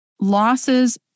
losses